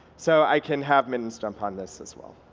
so i can have mittens jump on this as well,